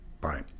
Bye